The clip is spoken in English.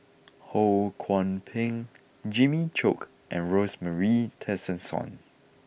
Ho Kwon Ping Jimmy Chok and Rosemary Tessensohn